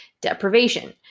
deprivation